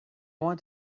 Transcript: want